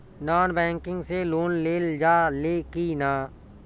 Non banking से loan लेल जा ले कि ना?